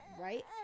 right